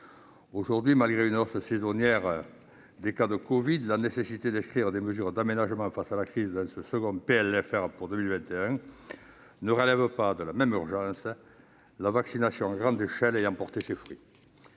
Aujourd'hui, malgré une hausse saisonnière des cas de covid-19, la nécessité d'inscrire des mesures d'aménagement face à la crise dans ce second projet de loi de finances rectificative pour 2021 ne relève pas de la même urgence, la vaccination à grande échelle ayant porté ses fruits.